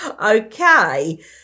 Okay